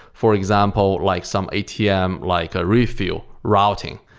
for example, like some atm, like a refill routing,